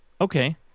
Okay